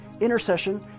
intercession